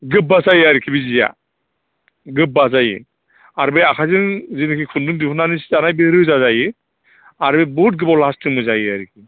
गोब्बा जायो आरोखि बे सिया गोबा जायो आरो बे आखाइजों जेनोखि खुन्दुं दिहुननानै सि दानाय बे रोजा जायो आरो बे बहुद गोबाव लास्टिंबो जायो आरोखि